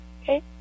Okay